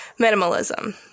minimalism